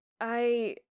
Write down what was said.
I-